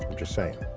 just saying.